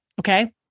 Okay